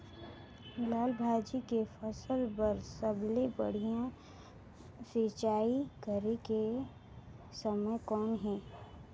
लाल भाजी के फसल बर सबले बढ़िया सिंचाई करे के समय कौन हे?